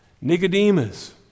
Nicodemus